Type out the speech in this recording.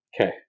okay